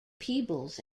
peebles